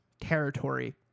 territory